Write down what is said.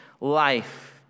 life